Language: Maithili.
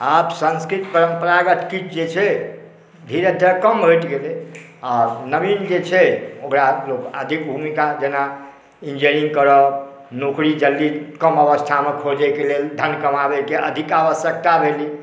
आब संस्कृत परम्परागत किछु जे छै धीरे धीरे कम होइत गेलै आ नवीन जे छै ओकरा लोग अधिक भूमिका जेना इंजीनियरिंग करब नौकरी जल्दी कम अवस्था मे खोजै के लेल धन कमाबै के अधिक आवश्यकता भेलै